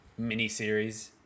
miniseries